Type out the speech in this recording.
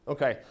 Okay